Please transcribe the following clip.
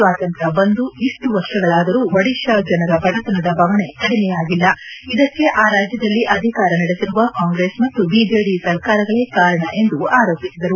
ಸ್ವಾತಂತ್ರ್ ಬಂದು ಇಷ್ಸು ವರ್ಷಗಳಾದರೂ ಒಡಿಶಾ ಜನರ ಬದತನದ ಬವಣೆ ಕಡಿಮೆಯಾಗಿಲ್ಲ ಇದಕ್ಕೆ ಆ ರಾಜ್ಯದಲ್ಲಿ ಅಧಿಕಾರ ನಡೆಸಿರುವ ಕಾಂಗ್ರೆಸ್ ಮತ್ತು ಬಿಜೆಡಿ ಸರ್ಕಾರಗಳೇ ಕಾರಣ ಎಂದು ಆರೋಪಿಸಿದರು